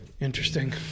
interesting